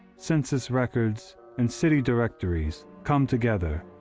census records and city directories come together,